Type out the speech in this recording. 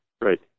Right